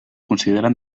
consideren